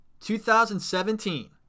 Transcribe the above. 2017